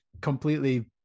completely